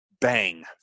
bang